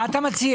מה אתה מציע?